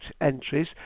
entries